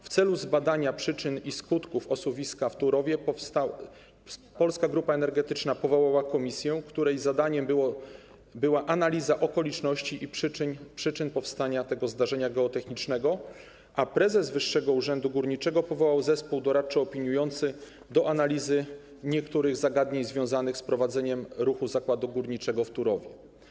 W celu zbadania przyczyn i skutków osuwiska w Turowie Polska Grupa Energetyczna powołała komisję, której zadaniem była analiza okoliczności i przyczyn powstania tego zdarzenia geotechnicznego, a prezes Wyższego Urzędu Górniczego powołał zespół doradczo-opiniujący do analizy niektórych zagadnień związanych z prowadzeniem ruchu zakładu górniczego w Turowie.